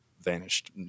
vanished